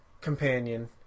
companion